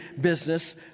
business